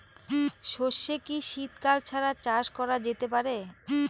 সর্ষে কি শীত কাল ছাড়া চাষ করা যেতে পারে?